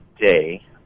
day